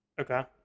okay